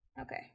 Okay